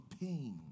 pain